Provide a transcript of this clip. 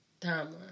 timeline